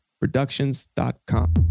Productions.com